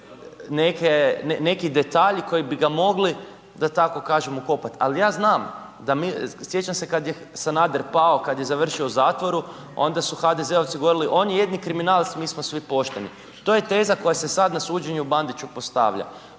neki detalji koji bi ga mogli da tako kažem ukopat ali ja znam, sjećam se kad je Sanader pao, kad je završio u zatvoru, onda su HDZ-ovci govorili „on je jedini kriminalac, mi smo svi pošteni“, to je teza koja se sad na suđenju Bandiću postavlja.